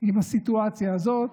עם הסיטואציה הזאת.